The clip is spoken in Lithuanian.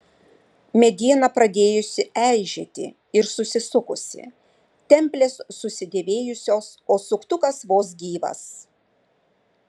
mediena pradėjusi eižėti ir susisukusi templės susidėvėjusios o suktukas vos gyvas